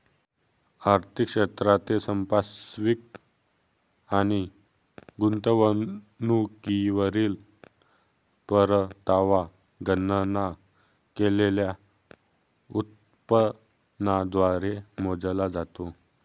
आर्थिक क्षेत्रातील संपार्श्विक आणि गुंतवणुकीवरील परतावा गणना केलेल्या उत्पन्नाद्वारे मोजला जातो